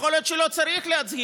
ויכול להיות שהוא לא צריך להצהיר,